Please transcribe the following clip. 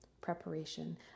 preparation